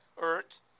earth